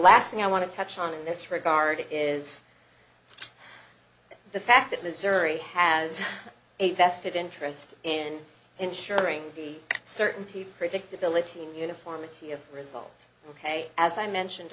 last thing i want to touch on in this regard is the fact that missouri has a vested interest in ensuring the certainty of predictability in uniformity of result ok as i mentioned